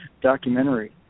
documentary